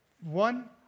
One